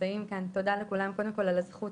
שנמצאים כאן, תודה לכולם קודם כל על הזכות